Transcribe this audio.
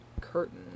curtain